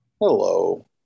Hello